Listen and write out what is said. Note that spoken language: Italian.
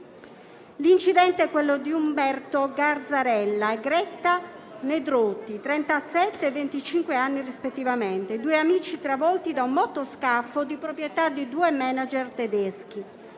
L'incidente è quello di Umberto Garzarella e Greta Nedrotti, trentasette e venticinque anni rispettivamente, due amici travolti da un motoscafo di proprietà di due *manager* tedeschi